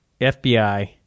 FBI